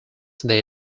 they